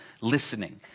listening